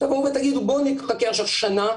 תגידו: בוא נחכה עכשיו שנה,